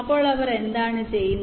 അപ്പോൾ അവർ എന്താണ് ചെയ്യുന്നത്